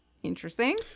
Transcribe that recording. Interesting